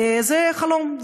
זה חלום,